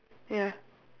ya